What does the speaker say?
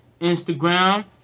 Instagram